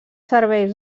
serveis